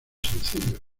sencillos